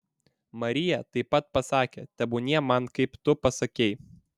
marija taip pat pasakė tebūnie man kaip tu pasakei